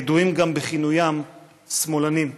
הידועים גם בכינוים "שמאלנים".